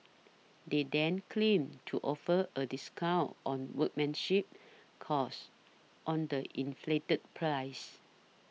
they then claim to offer a discount on workmanship cost on the inflated price